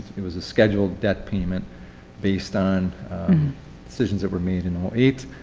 it was a scheduled debt payment based on decisions that were made in eight.